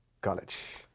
College